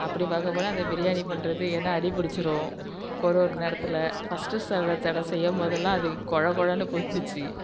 அப்படி பார்க்கப்போனா அந்த பிரியாணி பண்ணுறது ஏன்னா அடிபிடிச்சிடும் ஒரு ஒரு நேரத்தில் ஃபர்ஸ்ட்டு தடவை செய்யும்போதல்லாம் அது கொழ கொழன்னு போய்டுச்சி